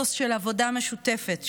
אתוס של עבודה משותפת,